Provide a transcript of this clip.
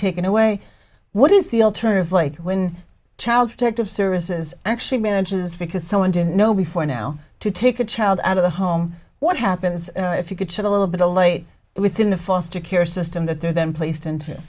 taken away what is the alternative like when child protective services actually manages because someone didn't know before now to take a child out of the home what happens if you could shed a little bit allayed within the foster care system that they're then placed into